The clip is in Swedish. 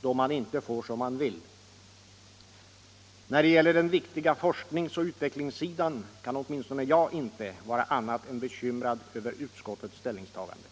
då man inte får som man vill. Vad gäller den viktiga forskningsoch utvecklingssidan kan åtminstone jag inte vara annat än bekymrad över utskottets ställningstagande.